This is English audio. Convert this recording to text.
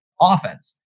offense